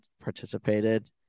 participated